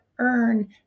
earn